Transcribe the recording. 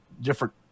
different